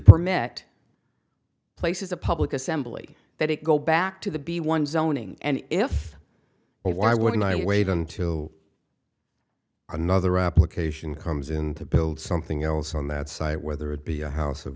permit places a public assembly that it go back to the be one zoning and if why wouldn't i wait until another application comes in to build something else on that site whether it be a house of